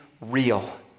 real